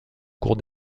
cours